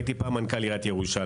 הייתי פעם מנכ"ל עיריית ירושלים.